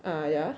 uh ya